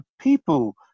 people